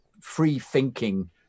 free-thinking